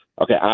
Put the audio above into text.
okay